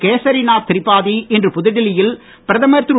கேசரிநாத் திரிபாதி இன்று புதுடில்லி யில் பிரதமர் திரு